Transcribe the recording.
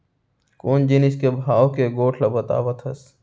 कोन जिनिस के भाव के गोठ ल बतावत हस?